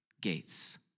gates